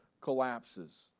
collapses